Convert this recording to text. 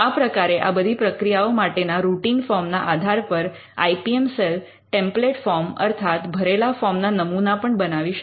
આ પ્રકારે આ બધી પ્રક્રિયાઓ માટેના રૂટિન ફોર્મ ના આધાર પર I P M cell template form અર્થાત ભરેલા ફોર્મ ના નમુના પણ બનાવી શકે